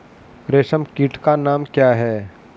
रेशम कीट का नाम क्या है?